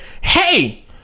Hey